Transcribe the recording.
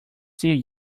still